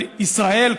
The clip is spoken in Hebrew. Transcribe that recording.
ישראל,